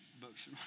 books